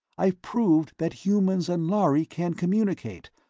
i've proved that humans and lhari can communicate,